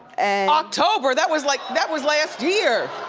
october, that was like, that was last year.